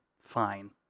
fine